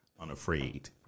Unafraid